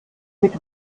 mit